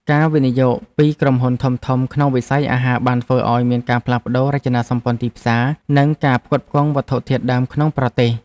ការវិនិយោគពីក្រុមហ៊ុនធំៗក្នុងវិស័យអាហារបានធ្វើឲ្យមានការផ្លាស់ប្តូររចនាសម្ព័ន្ធទីផ្សារ និងការផ្គត់ផ្គង់វត្ថុធាតុដើមក្នុងប្រទេស។